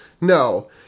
No